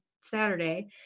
Saturday